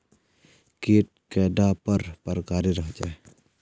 कीट कैडा पर प्रकारेर होचे?